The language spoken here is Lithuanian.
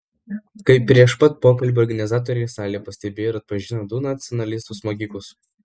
kaip prieš pat pokalbį organizatoriai salėje pastebėjo ir atpažino du nacionalistus smogikus